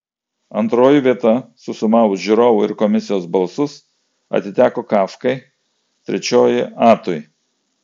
antroji vieta susumavus žiūrovų ir komisijos balsus atiteko kafkai trečioji atui